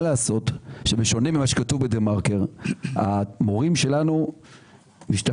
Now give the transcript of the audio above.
מה לעשות שבשונה ממה שכתוב בדה-מרקר המורים שלנו משתפשפים,